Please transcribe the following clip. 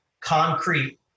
concrete